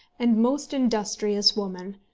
and most industrious woman,